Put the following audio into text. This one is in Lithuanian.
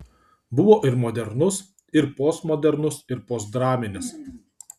buvo ir modernus ir postmodernus ir postdraminis